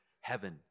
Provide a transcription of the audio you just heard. heaven